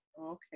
Okay